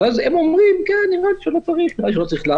הם אומרים: נראה לנו שלא צריך להאריך,